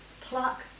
pluck